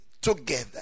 together